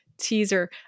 Teaser